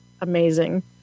amazing